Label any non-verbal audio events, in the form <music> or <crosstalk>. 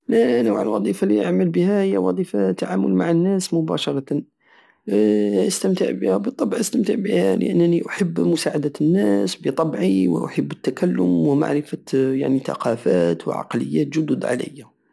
انا نوع الوظيفة الي اعمل بها هي وظيفة تعامل مع الناس مباشرتا <hesitation> استمتع بها بالطبع استمتع بها لانني احب مساعدت الناس بطبعي احب التكلم ومعرفت يعني تقافات وعقليات جدد علية